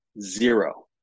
zero